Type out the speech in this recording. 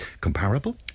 comparable